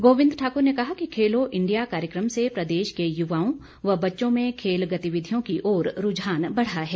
गोविंद ठाकुर ने कहा कि खेलो इंडिया कार्यक्रम से प्रदेश के युवाओं व बच्चों में खेल गतिविधियों की ओर रूझान बढ़ा है